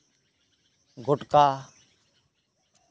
ᱜᱚᱴᱠᱟ